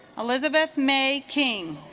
elizabeth may king